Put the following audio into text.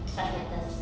such matters